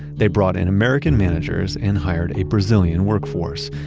they brought in american managers and hired a brazilian workforce.